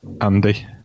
Andy